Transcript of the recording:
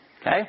Okay